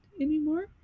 anymore